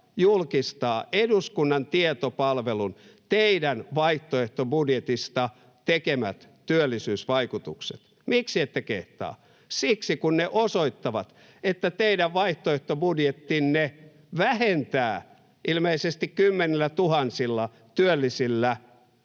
julkistaa eduskunnan tietopalvelun teidän vaihtoehtobudjetistanne tekemiä työllisyysvaikutuksia? Miksi ette kehtaa? Siksi kun ne osoittavat, että teidän vaihtoehtobudjettinne vähentää ilmeisesti kymmenillätuhansilla työllisillä